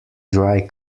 dry